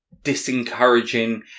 disencouraging